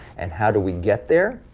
and how do we get there?